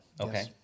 Okay